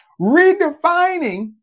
redefining